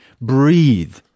breathe